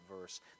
verse